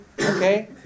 Okay